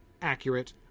accurate